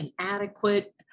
inadequate